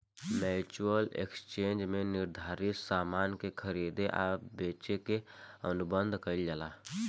future exchange में निर्धारित सामान के खरीदे आ बेचे के अनुबंध कईल जाला